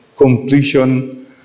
completion